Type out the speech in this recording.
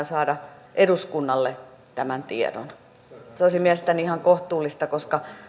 saada eduskunnalle tämän tiedon se olisi mielestäni ihan kohtuullista koska